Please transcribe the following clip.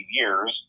years